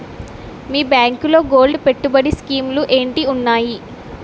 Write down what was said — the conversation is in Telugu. మీ బ్యాంకులో గోల్డ్ పెట్టుబడి స్కీం లు ఏంటి వున్నాయి?